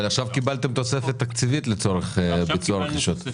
אבל עכשיו קיבלתם תוספת תקציבית לצורך ביצוע הרכישות.